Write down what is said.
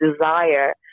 desire